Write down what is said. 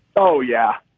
oh, yeah,